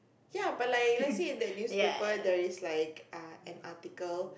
ya but like let us say the newspaper there is like an article